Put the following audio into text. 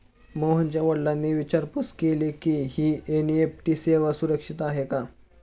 मोहनच्या वडिलांनी विचारपूस केली की, ही एन.ई.एफ.टी सेवा सुरक्षित आहे का?